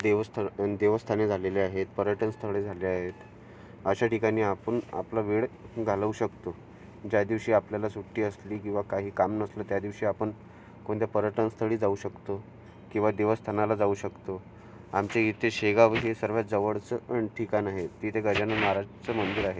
देवस्थानं देवस्थाने झालेले आहेत पर्यटनस्थळे झाले आहेत अशा ठिकाणी आपण आपला वेळ घालवू शकतो ज्या दिवशी आपल्याला सुट्टी असली किंवा काही काम नसलं त्या दिवशी आपण कोणत्या पर्यटनस्थळी जाऊ शकतो किंवा देवस्थानाला जाऊ शकतो आमच्या इथे शेगाव हे सर्वांत जवळचं अण ठिकाण आहे तिथे गजानन महाराजचं मंदिर आहे